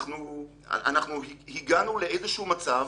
אנחנו הגענו לאיזה שהוא מצב